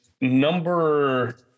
number